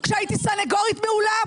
כשהייתי סניגורית מעולה,